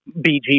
BG